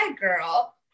girl